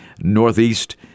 Northeast